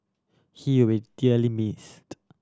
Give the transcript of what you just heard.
he will dearly missed